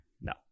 no